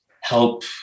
help